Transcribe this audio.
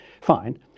Fine